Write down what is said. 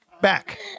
Back